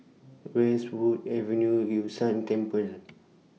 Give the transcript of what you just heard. Westwood Avenue Yun Shan Temple